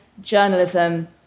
journalism